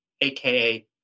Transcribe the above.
AKA